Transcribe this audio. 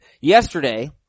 Yesterday